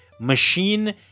machine